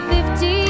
Fifty